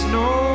no